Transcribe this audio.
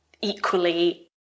equally